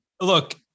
look